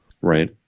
Right